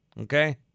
Okay